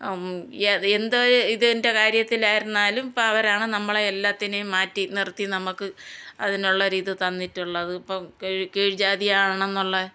എന്തൊരു ഇതിൻ്റെ കാര്യത്തിലായിരുന്നാലും അപ്പം അവരാണ് നമ്മളെ എല്ലാത്തിനെയും മാറ്റി നിർത്തി നമുക്ക് അതിനുള്ള ഒരു ഇത് തന്നിട്ടുള്ളത് ഇപ്പം കീഴ്ജാതിയാണെന്നുള്ള